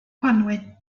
gwanwyn